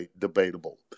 debatable